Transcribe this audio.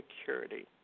security